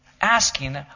asking